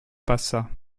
passa